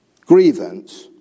grievance